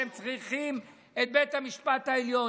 אתם צריכים את בית המשפט העליון.